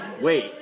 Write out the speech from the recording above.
Wait